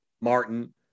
Martin